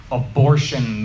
abortion